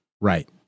Right